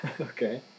Okay